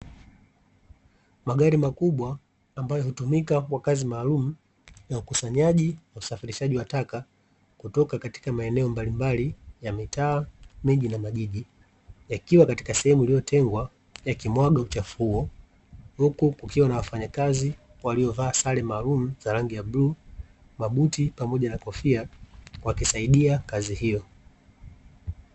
Magari makubwa ambayo hutumika kwa kazi maalumu ya ukusanyaji, usafirishaji wa taka kutoka katika maeneo mbalimbali ya mitaa, miji na majiji; yakiwa katika sehemu iliyotengwa yakimwaga uchafu huo, huku kukiwa na wafanyakazi waliovaa sare maalumu za rangi ya bluu, mabuti, pamoja na kofia wakisaidia kazi hiyo.